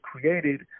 created